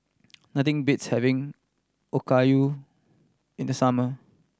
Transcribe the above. nothing beats having Okayu in the summer